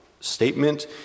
statement